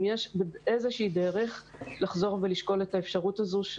אם יש איזושהי דרך לחזור ולשקול את האפשרות הזו,